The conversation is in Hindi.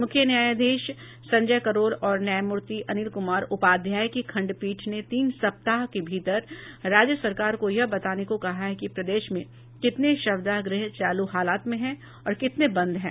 मुख्य न्यायाधीश संजय करोल और न्यायमूर्ति अनिल कुमार उपाध्याय की खंडपीठ ने तीन सप्ताह के भीतर राज्य सरकार को यह बताने को कहा है कि प्रदेश में कितने शवदाह गृह चालू हालात में हैं और कितने बंद हैं